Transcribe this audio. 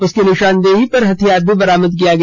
उसकी निशानदेही पर हथियार भी बरामद किया गया